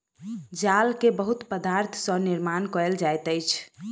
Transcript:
जाल के बहुत पदार्थ सॅ निर्माण कयल जाइत अछि